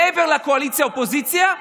מעבר לקואליציה אופוזיציה,